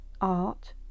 art